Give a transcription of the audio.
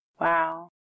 Wow